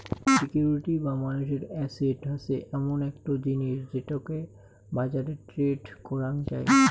security বা মানুষের asset হসে এমন একটো জিনিস যেটোকে বাজারে ট্রেড করাং যাই